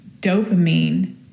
dopamine